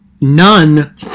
none